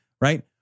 Right